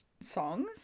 song